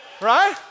Right